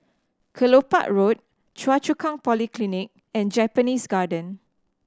Kelopak Road Choa Chu Kang Polyclinic and Japanese Garden